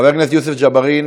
חבר הכנסת יוסף ג'בארין.